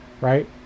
Right